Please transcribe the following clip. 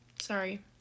Sorry